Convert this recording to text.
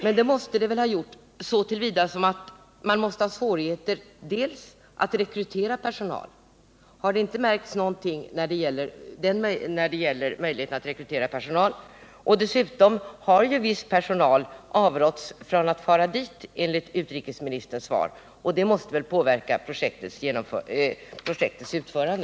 Men det måste de väl ha gjort så till vida att man måste ha svårigheter att rekrytera personal. Har det inte märkts någonting när det gäller möjligheterna att rekrytera personal? Dessutom har ju viss personal avråtts från att fara dit, enligt utrikesministerns svar. Det måste väl påverka projektets utförande?